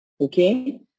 Okay